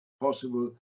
possible